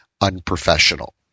unprofessional